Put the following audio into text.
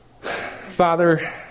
Father